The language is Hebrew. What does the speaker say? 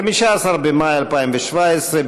15 במאי 2017,